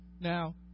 Now